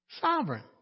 Sovereign